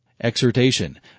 Exhortation